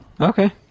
Okay